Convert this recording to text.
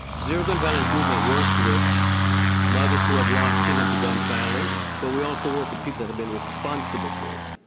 zero gun violence movement works with mothers who have lost children to gun violence but also work with people that have been responsible for it.